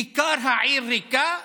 כיכר העיר ריקה?